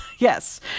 Yes